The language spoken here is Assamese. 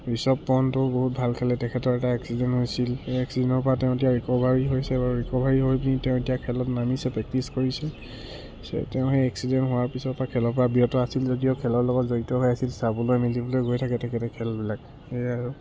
ৰিষভ পন্তো বহুত ভাল খেলে তেখেতৰ এটা এক্সিডেণ্ট হৈছিল এই এক্সিডেণ্টৰ পৰা তেওঁ এতিয়া ৰিকভাৰী হৈছে বা ৰিকভাৰী হৈ পিনে তেওঁ এতিয়া খেলত নামিছে প্ৰেক্টিছ কৰিছে চ' তেওঁ সেই এক্সিডেণ্ট হোৱাৰ পিছৰ পৰা খেলৰ পৰা বিৰত আছিল যদিও খেলৰ লগত জড়িত হৈ আছিল চাবলৈ মেলিবলৈ গৈ থাকে তেখেতে খেলবিলাক সেয়াই আৰু